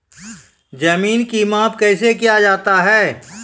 जमीन की माप कैसे किया जाता हैं?